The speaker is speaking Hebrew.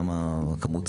למה הכמויות